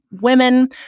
women